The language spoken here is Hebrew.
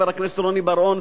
חבר הכנסת רוני בר-און,